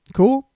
cool